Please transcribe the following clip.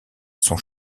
sont